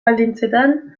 baldintzetan